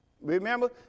Remember